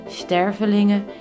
stervelingen